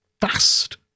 fast